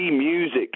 Music